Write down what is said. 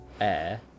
Air